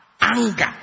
anger